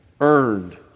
earned